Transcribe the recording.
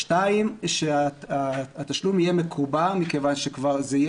שניים התשלום יהיה מקובע מכיוון שכבר זה יהיה